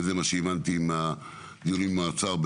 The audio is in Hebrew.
וזה מה שהבנתי מהדיון עם האוצר,